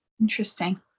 interesting